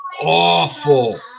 Awful